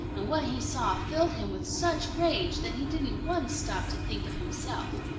and what he saw filled him with such rage that he didn't once stop to think of himself.